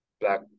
Black